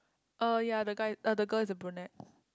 uh ya the guy uh the girl is a brunette